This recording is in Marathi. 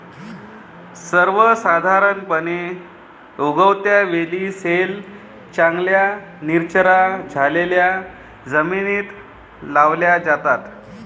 सर्वसाधारणपणे, उगवत्या वेली सैल, चांगल्या निचरा झालेल्या जमिनीत लावल्या जातात